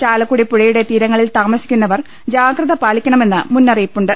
ചാലക്കുടി പുഴയുടെ തീര ങ്ങളിൽ താമസിക്കുന്നവർ ജാഗ്രത പാലിക്കണമെന്ന് മുന്നറിയി പ്പുണ്ട്